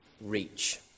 reach